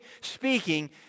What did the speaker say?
speaking